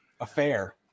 affair